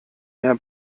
mehr